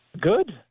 good